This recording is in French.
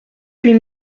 huit